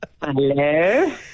Hello